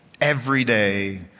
everyday